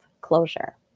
closure